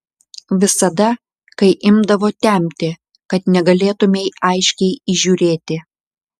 visada kai imdavo temti kad negalėtumei aiškiai įžiūrėti